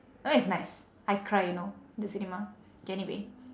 that one is nice I cry you know the cinema K anyway